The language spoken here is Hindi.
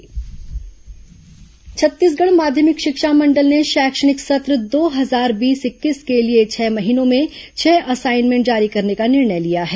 माशिमं असाइनमेंट छत्तीसगढ़ माध्यमिक शिक्षा मंडल ने शैक्षणिक सत्र दो हजार बीस इक्कीस के लिए छह महीनों में छह असाइनमेंट जारी करने का निर्णय लिया है